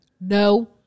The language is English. No